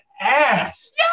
ass